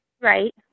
Right